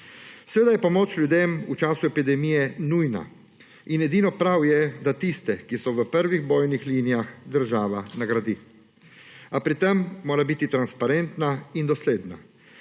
Seveda je pomoč ljudem v času epidemije nujna in edino prav je, da tiste, ki so v prvih bojnih linijah, država nagradi. A pri tem mora biti transparentna in dosledna.